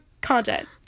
content